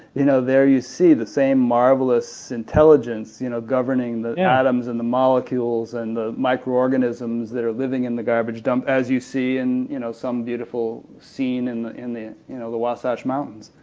you know there you see the same marvelous intelligence you know governing the yeah atoms and the molecules and the microorganisms that are living in the garbage dump, as you see in you know some beautiful scene and in the you know the wasatch mountains.